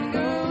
go